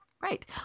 Right